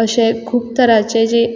अशें खूब तराचे जे